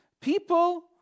People